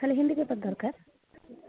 ଖାଲି ହିନ୍ଦୀ ପେପର୍ ଦରକାର